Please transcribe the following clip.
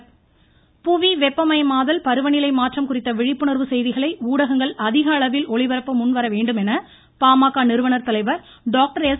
ராமதாஸ் புவி வெப்பமயமாதல் பருவநிலை மாற்றம் குறித்த விழிப்புணர்வு செய்திகளை ஊடகங்கள் அதிகளவில் ஒளிபரப்ப முன் வர வேண்டும் என பாமக நிறுவனர் தலைவர் டாக்டர் எஸ்